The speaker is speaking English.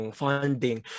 funding